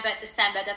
December